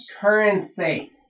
currency